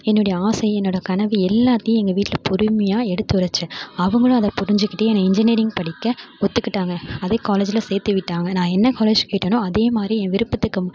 என்னுடைய ஆசை என்னோடய கனவு எல்லாத்தையும் எங்கள் வீட்டில் பொறுமையா எடுத்துரைச்சேன் அவங்களும் அதை புரிஞ்சிகிட்டு என்னை இன்ஜினியரிங் படிக்க ஒத்துக்கிட்டாங்க அதே காலேஜ்ல சேர்த்துவிட்டாங்க நான் என்ன காலேஜ் கேட்டேனோ அதே மாதிரி என் விருப்பத்துக்கு